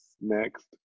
Next